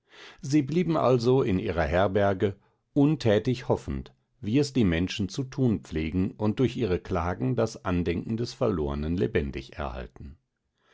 sie blieben also in ihrer herberge untätig hoffend wie es die menschen zu tun pflegen und durch ihre klagen das andenken des verlornen lebendig erhalten